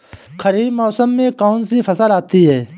खरीफ मौसम में कौनसी फसल आती हैं?